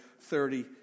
thirty